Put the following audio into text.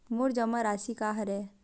मोर जमा राशि का हरय?